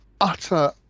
utter